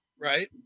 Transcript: Right